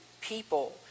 people